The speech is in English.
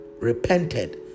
repented